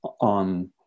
on